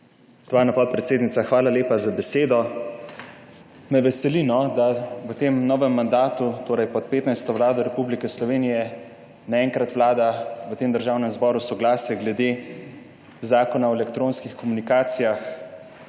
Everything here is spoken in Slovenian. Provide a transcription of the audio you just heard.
Spoštovana podpredsednica, hvala lepa za besedo. Me veseli, da v tem novem mandatu, torej pod 15. vlado Republike Slovenije naenkrat vlada v tem državnem zboru soglasje glede zakona o elektronskih komunikacijah,